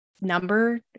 number